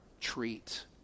treat